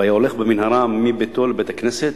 והיה הולך במנהרה מביתו לבית-הכנסת,